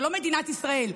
זה לא מדינת ישראל.